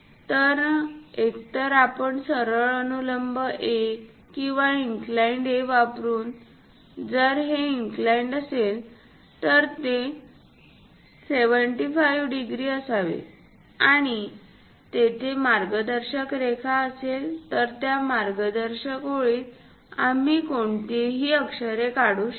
तर एकतर आपण सरळ अनुलंब A किंवा इन्कलाइन्ड A वापरु जर हे इन्कलाइन्ड असेल तर ते 75 डिग्री असावे आणि तेथे मार्गदर्शक रेखा असेल तर त्या मार्गदर्शक ओळीत आम्ही कोणतेही अक्षरे काढू शकतो